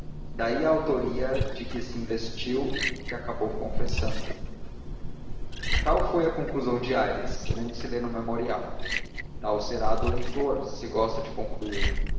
daí a autoria de que se investiu e acabou confessando tal foi a conclusão de aires segundo se lê no memorial tal será a do leitor se gosta de concluir